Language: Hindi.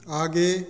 आगे